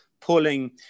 pulling